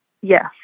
Yes